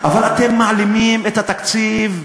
אבל אתם מעלימים את התקציב בעלטה,